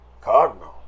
cardinal